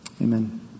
Amen